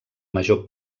major